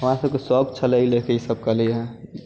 हमरा सबके शौक छलै ई लैके ई सब केलियै